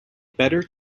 better